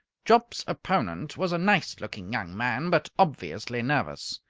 jopp's opponent was a nice-looking young man, but obviously nervous.